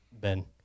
Ben